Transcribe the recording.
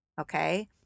okay